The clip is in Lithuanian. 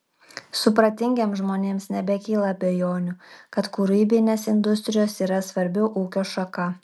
supratingiems žmonėms nebekyla abejonių kad kūrybinės industrijos yra svarbi ūkio šaka